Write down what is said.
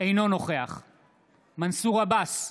אינו נוכח מנסור עבאס,